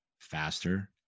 faster